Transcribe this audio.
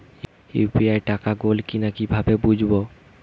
UPI টাকা গোল কিনা কিভাবে বুঝব?